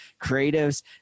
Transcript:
creatives